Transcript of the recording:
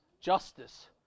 justice